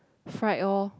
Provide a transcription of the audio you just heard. fried orh